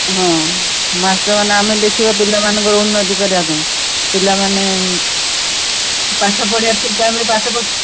ହଁ ମାଷ୍ଟର୍ମାନେ ଆମେ ଦେଖିବା ପିଲାମାନଙ୍କର ଉନ୍ନତି କରିବା ପାଇଁ ପିଲାମାନେ ପାଠ ପଢ଼ିିବା ଠିକ୍ ଠାକ୍ରେ ପାଠ